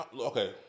okay